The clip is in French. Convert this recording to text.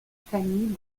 famille